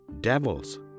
devils